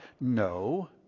No